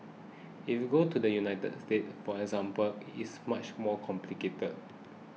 if you go to the United States for example it is much more complicated